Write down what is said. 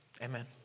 Amen